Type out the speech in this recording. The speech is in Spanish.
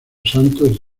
santos